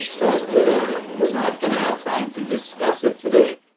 but we're not going to have time to discuss it today.